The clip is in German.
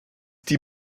die